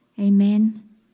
Amen